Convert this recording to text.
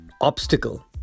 obstacle